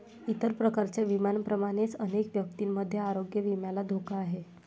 इतर प्रकारच्या विम्यांप्रमाणेच अनेक व्यक्तींमध्ये आरोग्य विम्याला धोका आहे